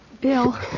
Bill